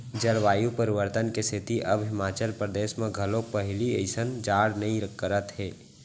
जलवायु परिवर्तन के सेती अब हिमाचल परदेस म घलोक पहिली असन जाड़ नइ करत हे